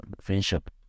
friendship